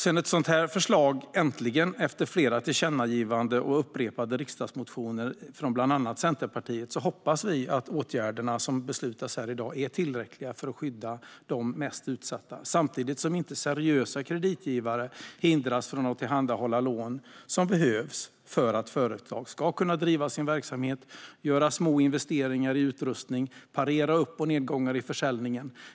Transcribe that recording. Sedan det äntligen har kommit ett sådant här förslag, efter flera tillkännagivanden och upprepade riksdagsmotioner från bland annat Centerpartiet, hoppas vi att åtgärderna som beslutas här i dag är tillräckliga för att skydda de mest utsatta, samtidigt som seriösa kreditgivare inte hindras från att tillhandahålla lån som behövs för att företag ska kunna driva sin verksamhet, göra små investeringar i utrustning och parera upp och nedgångar i försäljningen.